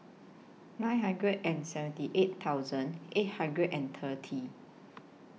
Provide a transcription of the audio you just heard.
nine hundred and seventy eight thousand eight hundred and thirty